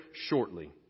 shortly